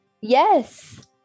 Yes